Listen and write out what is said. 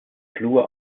flur